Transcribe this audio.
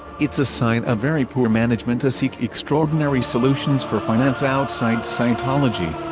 it's a sign of very poor management to seek extraordinary solutions for finance outside scientology.